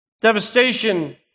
Devastation